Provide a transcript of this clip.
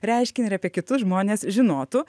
reiškinį ir apie kitus žmones žinotų